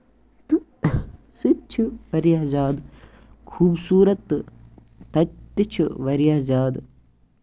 تہٕ سُہ تہِ چھُ واریاہ زیادٕ خوٗبصوٗرت تہٕ تَتہِ تہِ چھُ واریاہ زیادٕ